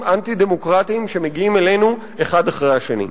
אנטי-דמוקרטיים שמגיעים אלינו אחד אחרי השני.